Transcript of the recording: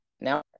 now